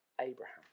Abraham